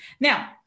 now